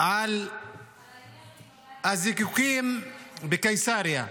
על הזיקוקים בקיסריה,